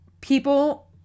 People